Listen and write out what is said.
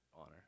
honor